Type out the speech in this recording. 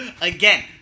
again